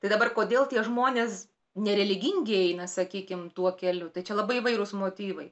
tai dabar kodėl tie žmonės nereligingi eina sakykim tuo keliu tai čia labai įvairūs motyvai